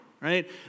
right